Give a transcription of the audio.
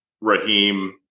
Raheem